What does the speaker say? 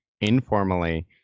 informally